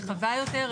רחבה יותר.